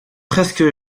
presque